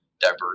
diverse